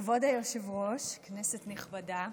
כבוד היושב-ראש, כנסת נכבדה,